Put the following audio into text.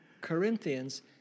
Corinthians